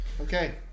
Okay